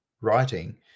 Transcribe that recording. writing